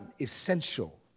essential